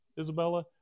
Isabella